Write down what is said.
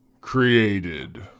Created